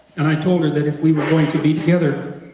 and i told her that if we were going to be together,